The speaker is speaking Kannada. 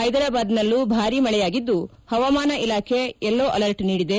ಪೈದರಾಬಾದ್ನಲ್ಲೂ ಭಾರಿ ಮಳೆಯಾಗಿದ್ದು ಪವಾಮಾನ ಇಲಾಖೆ ಎಲ್ಲೋ ಅಲರ್ಟ್ ನೀಡಿದೆ